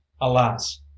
alas